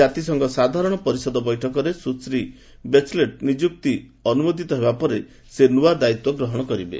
ଜାତିସଂଘ ସାଧାରଣ ପରିଷଦ ବୈଠକରେ ସୁଶ୍ରୀ ବେଚେଲେଟ୍ଙ୍କ ନିଯୁକ୍ତି ଅନୁମୋଦିତ ହେବା ପରେ ସେ ନ୍ତୁଆ ଦାୟିତ୍ୱ ଗ୍ରହଣ କରିବେ